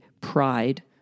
pride